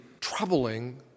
troubling